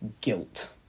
guilt